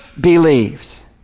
believes